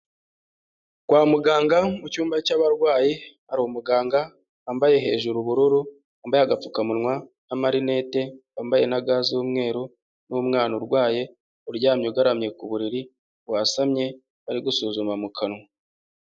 Kwa muganga mu cyumba cy'abarwayi hari umuganga wambaye hejuru ubururu, wambaye agapfukamunwa n'amarinete, wambaye na ga z'umweru n'umwana urwaye uryamye ugaramye ku buriri, wasamye bari gusuzuma mu kanwa.